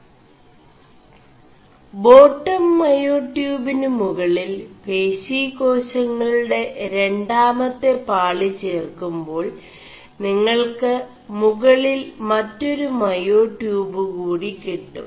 േബാƒം മേയാടçøബ്നു മുകളിൽ േപശീേകാശÆളgെട രാമെø പാളി േചർ ുേ2ാൾ നിÆൾ ് മുകളിൽ മൊരു മേയാടçøബ്കൂടി കിƒgം